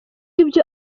ibyo